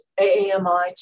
AAMI